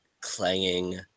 clanging